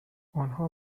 انها